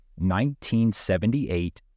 1978